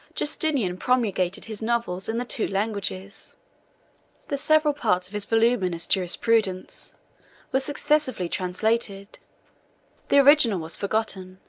justinian promulgated his novels in the two languages the several parts of his voluminous jurisprudence were successively translated the original was forgotten,